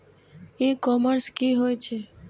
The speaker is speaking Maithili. ई कॉमर्स की होए छै?